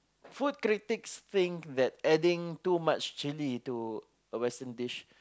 food critics think that adding too much chilly into a western dish